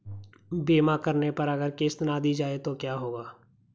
बीमा करने पर अगर किश्त ना दी जाये तो क्या होगा?